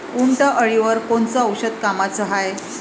उंटअळीवर कोनचं औषध कामाचं हाये?